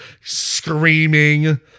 screaming